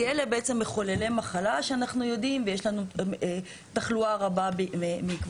כי אלה בעצם מחוללי מחלה שאנחנו יודעים ויש לנו תחלואה רבה בעקבותיהם.